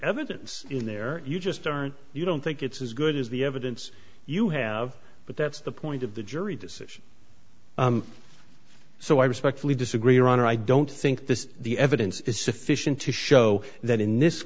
evidence in there you just aren't you don't think it's as good as the evidence you have but that's the point of the jury decision so i respectfully disagree your honor i don't think this the evidence is sufficient to show that in this